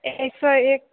एक सौ एक